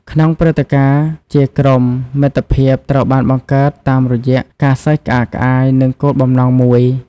ក្នុងព្រឹត្តិការណ៍ជាក្រុម មិត្តភាពត្រូវបានបង្កើតតាមរយៈការសើចក្អាកក្អាយ និងគោលបំណងរួម។